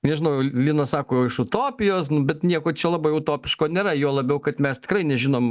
nežinau linas sako iš utopijos bet nieko čia labai utopiško nėra juo labiau kad mes tikrai nežinom